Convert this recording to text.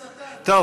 קריאה: שטן.